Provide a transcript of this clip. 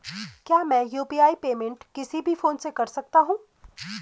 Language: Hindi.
क्या मैं यु.पी.आई पेमेंट किसी भी फोन से कर सकता हूँ?